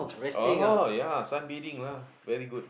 orh ya sunbathing lah very good